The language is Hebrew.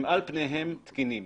הם על פניהם תקינים.